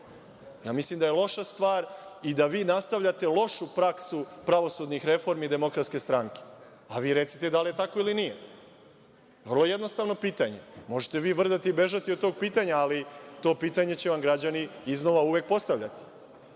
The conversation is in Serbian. Ja mislim da je loša stvar i da vi nastavljate lošu praksu pravosudnih reformi DS. Vi recite da li je tako ili nije? Vrlo jednostavno pitanje. Možete vi vrdati i bežati od tog pitanja, ali to pitanje će vam građani iznova uvek postavljati. Ovde